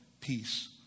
peace